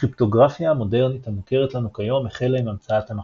הקריפטוגרפיה המודרנית המוכרת לנו כיום החלה עם המצאת המחשבים,